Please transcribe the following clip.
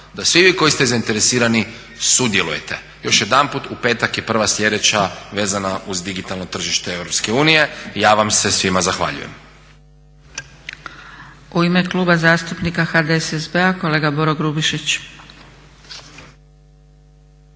da svi vi koji ste zainteresirani sudjelujete. Još jedanput, u petak je prva sljedeća vezana uz digitalno tržište Europske unije. I ja vam se svim zahvaljujem.